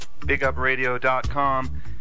bigupradio.com